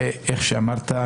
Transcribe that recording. כמו שאמרת,